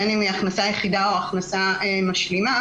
בין אם היא הכנסה יחידה או הכנסה משלימה,